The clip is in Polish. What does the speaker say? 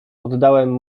poddałem